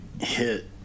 hit